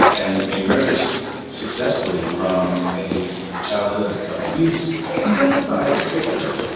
and emerged successfully from a childhood of abuse i identified with her